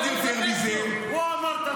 עוד יותר מזה --- הוא אמר את הדברים,